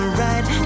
right